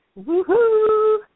woohoo